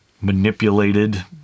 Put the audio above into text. manipulated